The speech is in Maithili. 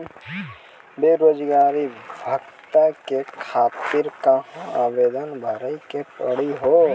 बेरोजगारी भत्ता के खातिर कहां आवेदन भरे के पड़ी हो?